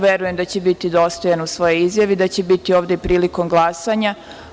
Verujem da će biti dostojan u svojoj izjavi i da će biti ovde prilikom glasanja.